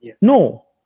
No